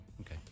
Okay